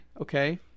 Okay